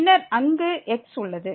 பின்னர் அங்கு x உள்ளது